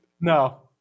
No